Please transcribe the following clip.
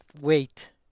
wait